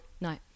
No